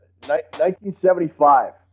1975